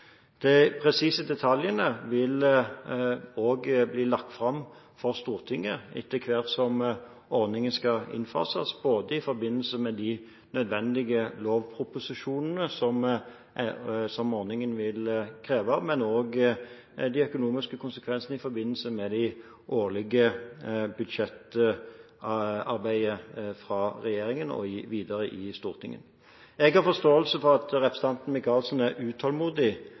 De presise detaljene vil også bli lagt fram for Stortinget etter hvert som ordningen skal innfases, i forbindelse med de nødvendige lovproposisjonene som ordningen vil kreve, men også de økonomiske konsekvensene i forbindelse med det årlige budsjettarbeidet fra regjeringen og videre i Stortinget. Jeg har forståelse for at representanten Micaelsen er utålmodig